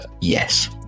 Yes